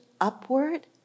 upward